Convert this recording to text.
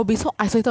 no